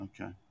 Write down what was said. Okay